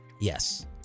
Yes